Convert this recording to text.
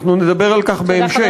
אנחנו נדבר על כך בהמשך.